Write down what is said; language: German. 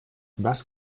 was